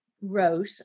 wrote